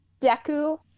Deku